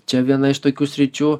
čia viena iš tokių sričių